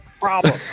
problem